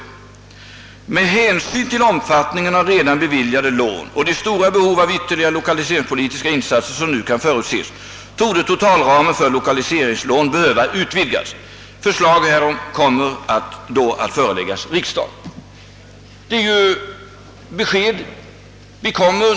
Vidare står det: »Med hänsyn till omfattningen av redan beviljade lån och de stora behov av ytterligare lokaliseringspolitiska insatser, som nu kan förutses, torde totalramen för lokaliseringslån behöva utvidgas. Förslag härom kommer då att föreläggas riksdagen.» Detta är ju klara besked.